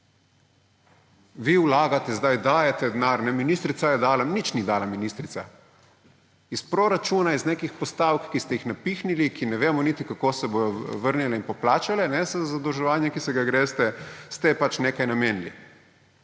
Vi vlagate zdaj, dajete denar, ministrica je dala – nič ni dala ministrica. Iz proračuna, iz nekih postavk, ki ste jih napihnili, ki ne vemo niti, kako se bodo vrnile in plačale, z zadolževanjem, ki se ga greste, ste pač nekaj namenili.